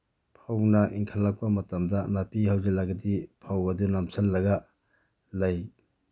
ꯐꯧꯅ ꯏꯟꯈꯠꯂꯛꯄ ꯃꯇꯝꯗ ꯅꯥꯄꯤ ꯍꯧꯖꯤꯜꯂꯒꯗꯤ ꯐꯧ ꯑꯗꯨ ꯅꯞꯁꯤꯜꯂꯒ ꯂꯩ